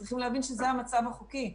צריכים להבין שזה המצב החוקי.